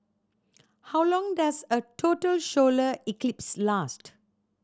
how long does a total solar eclipse last